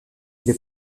les